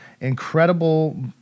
incredible